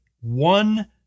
one